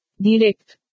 direct